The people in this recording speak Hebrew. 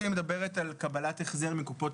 הצעת החוק שלי מדברת על קבלת החזר מקופות